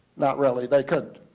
not really. they couldn't.